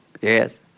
Yes